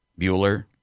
Bueller